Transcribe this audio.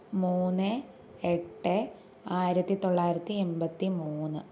മൂന്ന് എട്ട് ആയിരത്തിത്തൊള്ളായിരത്തി എൺപത്തി മൂന്ന്